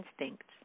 instincts